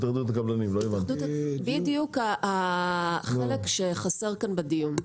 בדיוק החלק שחסר כאן בדיון.